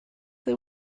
they